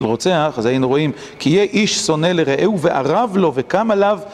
רוצח אז היינו רואים כי יהיה איש שונא לראהו וערב לו וקם עליו